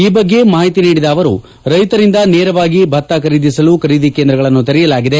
ಈ ಬಗ್ಗೆ ಮಾಹಿತಿ ನೀಡಿರುವ ಅವರು ರೈತರಿಂದ ನೇರವಾಗಿ ಭತ್ತ ಖರೀದಿಸಲು ಖರೀದಿ ಕೇಂದ್ರಗಳನ್ನು ತೆರೆಯಲಾಗಿದೆ